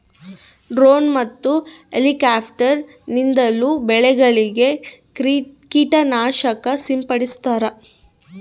drone ಮತ್ತು helicopter ನಿಂದಲೂ ಬೆಳೆಗಳಿಗೆ ಕೀಟ ನಾಶಕ ಸಿಂಪಡಿಸ್ತಾರ